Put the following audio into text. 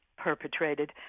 perpetrated